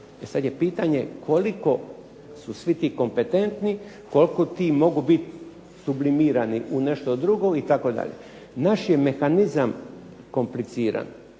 sad je pitanje koliko su svi ti kompetentni, koliko ti mogu biti sublimirani u nešto drugo itd. Naš je mehanizam kompliciran